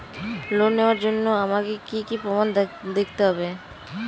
Loan নেওয়ার জন্য আমাকে কী কী প্রমাণ দেখতে হবে?